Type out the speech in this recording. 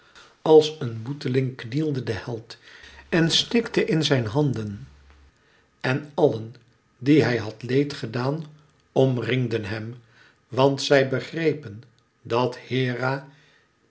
als een boeteling knielde de held en snikte in zijn handen en allen die hij had leed gedaan omringden hem want zij begrepen dat hera